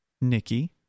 Nikki